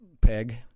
peg